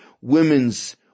women's